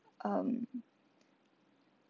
um